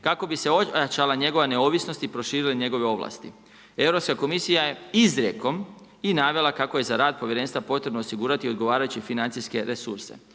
kako bi se ojačala njegova neovisnost i proširile njegove ovlasti. Europska komisija je izrijekom i navela kako je za rad povjerenstva potrebno osigurati odgovarajuće financijske resurse.